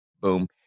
Boom